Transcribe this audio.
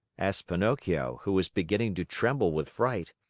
asked pinocchio, who was beginning to tremble with fright.